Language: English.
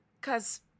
Cause